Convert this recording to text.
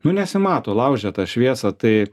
nu nesimato laužia tą šviesą tai